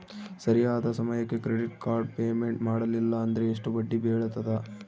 ಸರಿಯಾದ ಸಮಯಕ್ಕೆ credit card payment ಮಾಡಲಿಲ್ಲ ಅಂದ್ರೆ ಎಷ್ಟು ಬಡ್ಡಿ ಬೇಳ್ತದ?